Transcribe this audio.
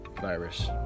virus